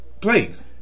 Please